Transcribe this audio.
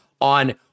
on